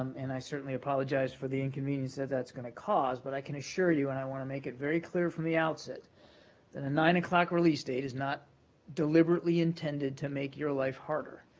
and i certainly apologize for the inconvenience that that's going to cause, but i can assure you and i want to make it very clear from the outset that a nine o'clock release date is not deliberately intended to make your life harder.